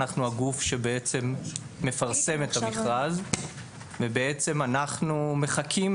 אנחנו הגוף שבעצם מפרסם את המכרז ובעצם אנחנו מחכים